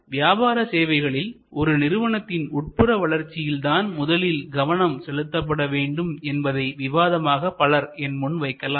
ஆனால் வியாபார சேவைகளில் ஒரு நிறுவனத்தின் உட்புற வளர்ச்சியில் தான் முதலில் கவனம் செலுத்தப்பட வேண்டும் என்பதை விவாதமாக பலர் என் முன் வைக்கலாம்